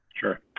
Sure